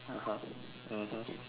(uh huh) mmhmm